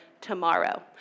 tomorrow